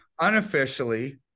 Unofficially